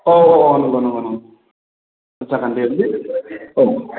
अह अह नोंगौ नोंगौ जागोन दे औ